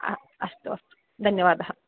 हा अस्तु अस्तु धन्यवादः